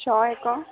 ଛଅ ଏକ